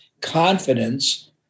Confidence